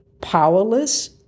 powerless